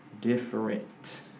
different